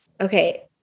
okay